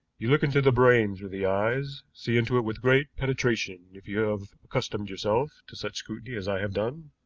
you look into the brain through the eyes, see into it with great penetration if you have accustomed yourself to such scrutiny as i have done.